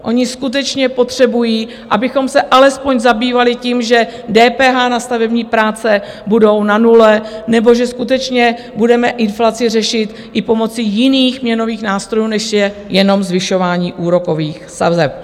Oni skutečně potřebují, abychom se alespoň zabývali tím, že DPH na stavební práce bude na nule, nebo že skutečně budeme inflaci řešit i pomocí jiných měnových nástrojů, než je jenom zvyšování úrokových sazeb.